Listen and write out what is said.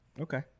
Okay